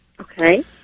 Okay